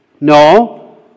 No